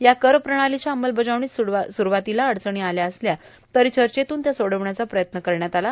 या कर प्रणालोच्या अंमलबजावणीत सुरुवातीला अडचणी आल्या असल्या तरों चचतून त्या सोडवण्याचा प्रयत्न करण्यात आला